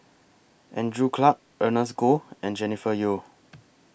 Andrew Clarke Ernest Goh and Jennifer Yeo